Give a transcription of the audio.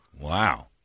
Wow